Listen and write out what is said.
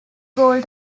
goal